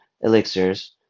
elixirs